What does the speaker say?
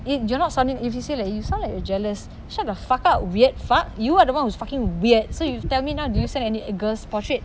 if you're not if he say like you sound like you're jealous shut the fuck up weird fuck you are the one who's fucking weird so you tell me now do you send any girl's portrait